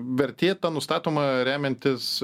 vertė nustatoma remiantis